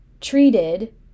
treated